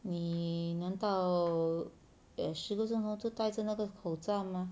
你难道也十个钟头都带着那个口罩吗